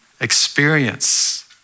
experience